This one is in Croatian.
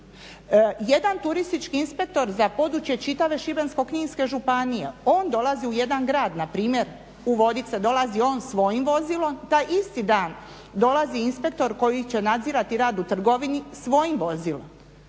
Jedan turistički inspektor za područje čitave Šibensko-kninske županije, on dolazi u jedan grad npr. u Vodice dolazi on svojim vozilom, taj isti dan dolazi inspektor koji će nadzirati rad u trgovini svojim vozilom.